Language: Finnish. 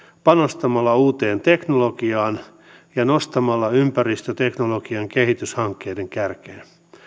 panostamalla uuteen teknologiaan ja nostamalla ympäristöteknologian kehityshankkeiden kärkeen